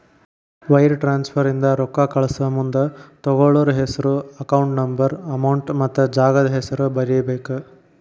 wire transfer ಇಂದ ರೊಕ್ಕಾ ಕಳಸಮುಂದ ತೊಗೋಳ್ಳೋರ್ ಹೆಸ್ರು ಅಕೌಂಟ್ ನಂಬರ್ ಅಮೌಂಟ್ ಮತ್ತ ಜಾಗದ್ ಹೆಸರ ಬರೇಬೇಕ್